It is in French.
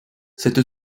cette